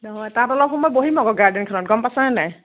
নহয় তাত অলপ সময় বহিম আকৌ গাৰ্ডেনখনত গম পাইছ নে নাই